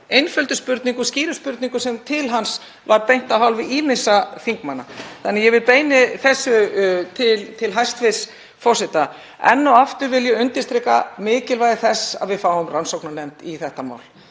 einföldum spurningum, skýrum spurningum sem til hans var beint af hálfu ýmissa þingmanna. Ég beini þessu til hæstv. forseta. Enn og aftur vil ég undirstrika mikilvægi þess að við fáum rannsóknarnefnd í þetta mál.